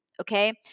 okay